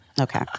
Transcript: Okay